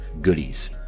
goodies